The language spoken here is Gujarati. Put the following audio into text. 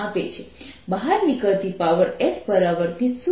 બહાર નીકળતી પાવર s પરાવર્તિત શું હશે